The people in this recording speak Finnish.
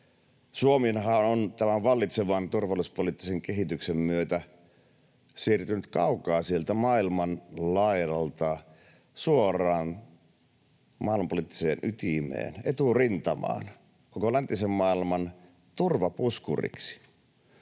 Suomi on tämän vallitsevan turvallisuuspoliittisen kehityksen myötä siirtynyt kaukaa sieltä maailman laidalta suoraan maailmanpoliittiseen ytimeen, eturintamaan, koko läntisen maailman turvapuskuriksi.